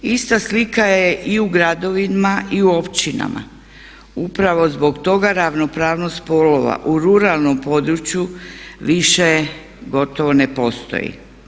Ista slika je i u gradovima i u općinama upravo zbog toga ravnopravnost spolova u ruralnom području više gotovo ne postoji.